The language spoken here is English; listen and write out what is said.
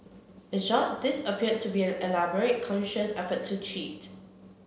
in short this appeared to be an elaborate conscious effort to cheat